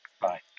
Bye